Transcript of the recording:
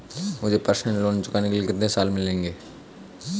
मुझे personal loan चुकाने के लिए कितने साल मिलेंगे?